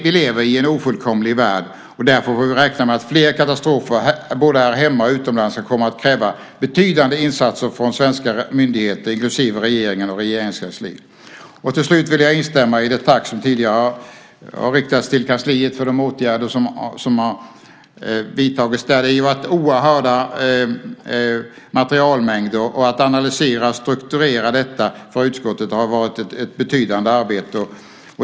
Vi lever i en ofullkomlig värld, och därför får vi räkna med att fler katastrofer både här hemma och utomlands kan komma att kräva betydande insatser från svenska myndigheter, inklusive regeringen och Regeringskansliet. Till slut vill jag instämma i det tack som tidigare har riktats till kansliet för de åtgärder som har vidtagits där. Det har varit oerhörda materialmängder. Att analysera och strukturera detta för utskottet har varit ett betydande arbete.